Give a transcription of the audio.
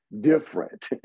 different